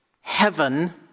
heaven